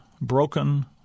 broken